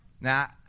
Now